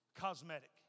cosmetic